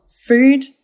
food